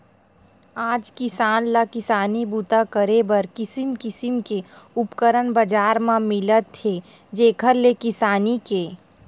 आज किसान ल किसानी बूता करे बर किसम किसम के उपकरन बजार म मिलत हे जेखर ले किसानी के बूता ह बने सरकय